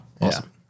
Awesome